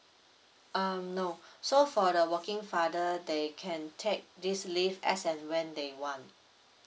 um no so for the working father they can take this leave as and when they want